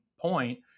point